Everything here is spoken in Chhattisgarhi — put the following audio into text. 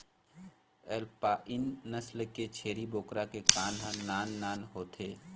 एल्पाइन नसल के छेरी बोकरा के कान ह नान नान होथे